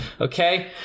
okay